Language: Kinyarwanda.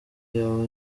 yaba